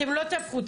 זה לא מתאים.